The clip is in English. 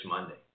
Monday